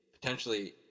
potentially